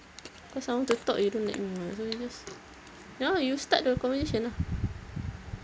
cause I want to talk you don't let me [what] so you just ya lah you start the conversation lah